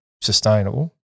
sustainable